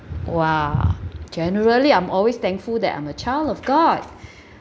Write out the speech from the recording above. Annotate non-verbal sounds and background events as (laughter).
!wah! generally I'm always thankful that I'm a child of god (breath)